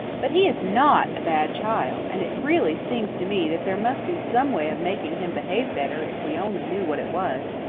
but he is not a bad child, and it really seems to me that there must be some way of making him behave better if we only knew what it was.